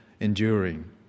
enduring